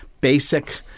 basic